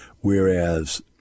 Whereas